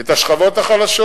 את השכבות החלשות.